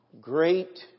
Great